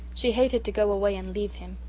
she hated to go away and leave him.